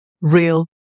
real